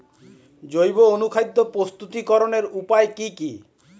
জৈব অনুখাদ্য প্রস্তুতিকরনের উপায় কী কী?